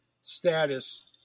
status